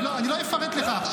אני לא אפרט לך עכשיו.